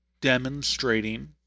demonstrating